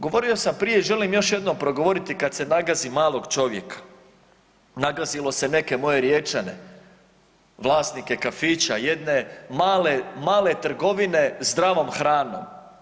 Govorio sam prije i želim još jednom progovoriti, kad se nagazi malog čovjeka, nagazilo se neke moje Riječane, vlasnika kafića, jedne male trgovine zdravom hranom.